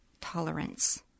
tolerance